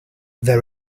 there